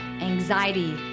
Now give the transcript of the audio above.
anxiety